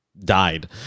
died